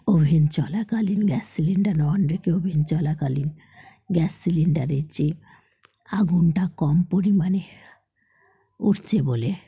oven চলাকালীন gas cylinder on রেখে oven চলাকালীন গ্যাস সিলিন্ডারের চেয়ে আগুনটা কম পরিমাণে উঠছে বলে